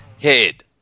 head